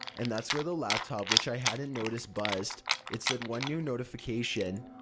and that's where the laptop which i hadn't noticed buzzed. it said one new notification.